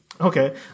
Okay